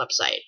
website